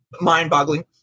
mind-boggling